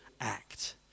act